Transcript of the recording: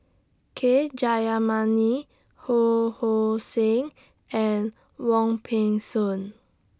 K Jayamani Ho Hong Sing and Wong Peng Soon